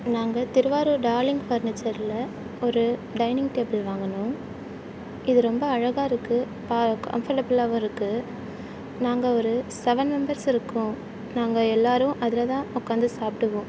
நாங்கள் திருவாரூர் டார்லிங் ஃபர்னிச்சரில் ஒரு டைனிங் டேபிள் வாங்கினோம் இது ரொம்ப அழகாக இருக்குது பா கம்ஃபர்ட்டபுளாவும் இருக்குது நாங்கள் ஒரு செவன் மெம்பர்ஸ் இருக்கோம் நாங்கள் எல்லோரும் அதில் தான் உட்காந்து சாப்பிடுவோம்